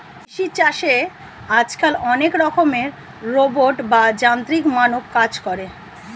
কৃষি চাষে আজকাল অনেক রকমের রোবট বা যান্ত্রিক মানব কাজ করে